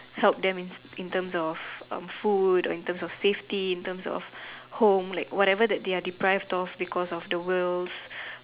help them in in terms of um food or in terms of safety in terms of home like whatever that they are deprived of because of the world's